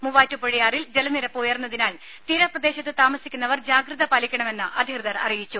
മൂവാറ്റുപുഴയാറിൽ ജല നിരപ്പ് ഉയർന്നതിനാൽ തീരപ്രദേശത്ത് താമസിക്കുന്നവർ ജാഗ്രത പാലിക്കണമെന്ന് അധികൃതർ അറിയിച്ചു